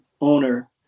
owner